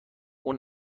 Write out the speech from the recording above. اون